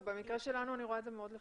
במקרה שלנו אני רואה תא זה מאוד לחיוב.